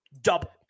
Double